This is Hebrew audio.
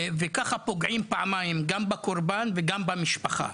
וככה פוגעים פעמיים, גם בקורבן וגם במשפחה.